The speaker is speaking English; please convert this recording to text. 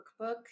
workbook